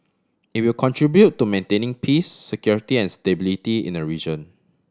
it will contribute to maintaining peace security and stability in the region